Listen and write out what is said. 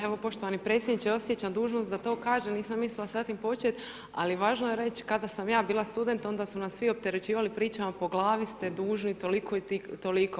Evo, poštovani predsjedniče, osjećam dužnost da to kažem, nisam mislila sa tim početi, ali važno je reći, kada sam ja bila student, onda su nas svi opterećivati pričama, po glavi ste dužni toliko i toliko.